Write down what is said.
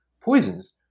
Poisons